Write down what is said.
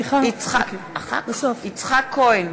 (קוראת בשמות חברי הכנסת) יצחק כהן,